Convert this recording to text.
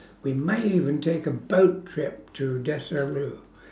we may even take a boat trip to desaru